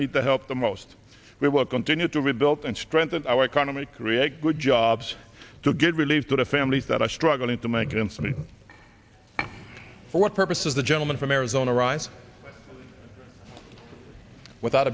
need the help the most we will continue to rebuild and strengthen our economy create good jobs to get relief to the families that are struggling to make sense and for what purposes the gentleman from arizona writes without